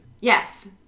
Yes